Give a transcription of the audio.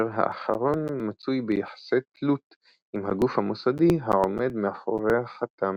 כאשר האחרון מצוי ביחסי תלות עם הגוף המוסדי העומד מאחורי החתם.